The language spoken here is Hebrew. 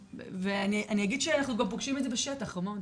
אני אגיד שאנחנו גם פוגשים את זה בשטח, המון.